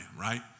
right